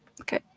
okay